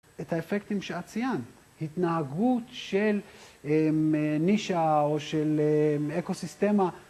את האפקטים שאת ציינת, התנהגות של נישה או של אקו-סיסטמה